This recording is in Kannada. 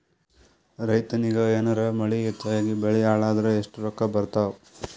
ರೈತನಿಗ ಏನಾರ ಮಳಿ ಹೆಚ್ಚಾಗಿಬೆಳಿ ಹಾಳಾದರ ಎಷ್ಟುರೊಕ್ಕಾ ಬರತ್ತಾವ?